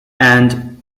and